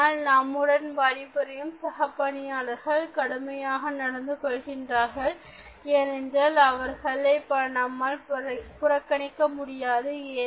ஆனால் நம்முடன் பணிபுரியும் சக பணியாளர்கள் கடுமையாக நடந்து கொள்கிறார்கள் என்றால் அவர்களை நம்மால் புறக்கணிக்க முடியாது